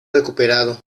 recuperado